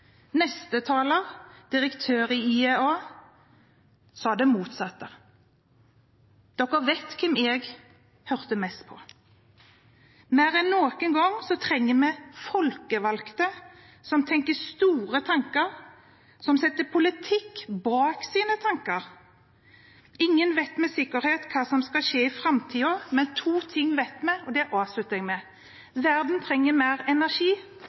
Neste taler, direktøren i IEA, sa det motsatte. Alle vet hvem jeg hørte mest på. Mer enn noen gang trenger vi folkevalgte som tenker store tanker, og som setter politikk bak sine tanker. Ingen vet med sikkerhet hva som skal skje i framtiden, men to ting vet vi, og det avslutter jeg med: Verden trenger mer energi,